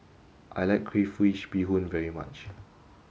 I like Crayfish Beehoon very much